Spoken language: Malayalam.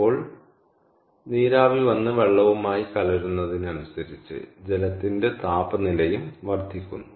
ഇപ്പോൾ നീരാവി വന്ന് വെള്ളവുമായി കലരുന്നതിനനുസരിച്ച് ജലത്തിന്റെ താപനിലയും വർദ്ധിക്കുന്നു